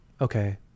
okay